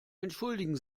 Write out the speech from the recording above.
entschuldigen